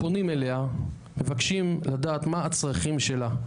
פונים אליה, מבקשים לדעת מה הצרכים שלה?